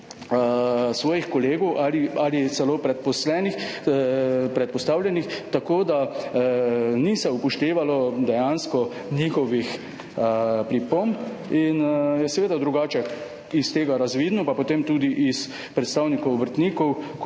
svojih kolegov ali celo predpostavljenih. Tako da se dejansko ni upoštevalo njihovih pripomb in je seveda drugače iz tega razvidno, pa potem tudi od predstavnikov obrtnikov,